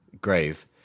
grave